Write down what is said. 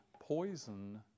poison